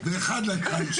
אבל זה הפוך.